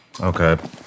Okay